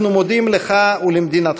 אנחנו מודים לך ולמדינתך,